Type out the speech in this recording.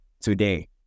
today